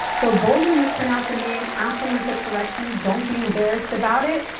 so boldly mispronounce a name, ask someone to correct you, don't be embarrassed about it,